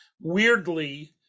Weirdly